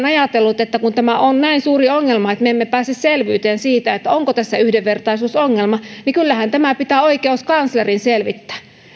ajatellut että kun tämä on näin suuri ongelma että me emme pääse selvyyteen siitä onko tässä yhdenvertaisuusongelma niin kyllähän tämä pitää oikeuskanslerin selvittää